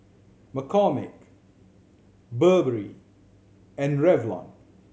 McCormick Burberry and Revlon